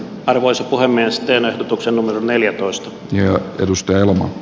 arvoisa puhemies teen ehdotuksen numero neljätoista ottelusta elomo